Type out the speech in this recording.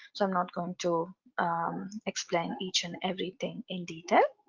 so i'm not going to explain each and everything in detail.